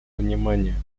внимания